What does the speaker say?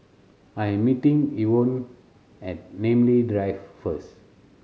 I am meeting Evonne at Namly Drive first